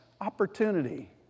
opportunity